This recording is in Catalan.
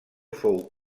fou